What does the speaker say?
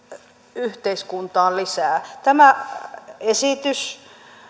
yhteiskuntaan lisää tämä esitys